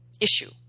issue